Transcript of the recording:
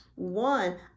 One